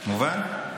מובן?